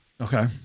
Okay